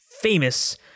famous